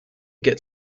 get